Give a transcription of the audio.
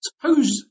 Suppose